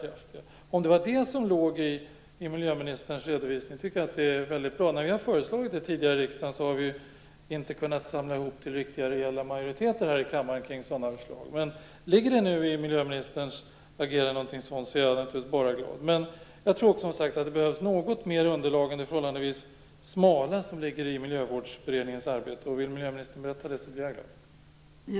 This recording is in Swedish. Jag tycker att det är väldigt bra om det är detta som ligger i miljöministerns redovisning. När vi har föreslagit det tidigare i riksdagen har vi inte kunnat samla ihop en riktigt rejäl majoritet här i kammaren kring sådana förslag. Men ligger det nu någonting sådant i miljöministerns agerande är jag naturligtvis bara glad. Jag tror också, som sagt, att det behövs något mer underlag än det förhållandevis smala som ligger i Miljövårdsberedningens arbete. Om miljöministern vill berätta något om detta, blir jag glad.